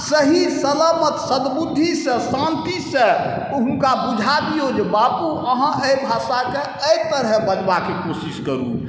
सही सलामत सद्बुद्धिसँ शान्तिसँ हुनका बुझाबिऔ जे बाबू अहाँ एहि भाषाके एहि तरहेँ बाजबाके कोशिश करू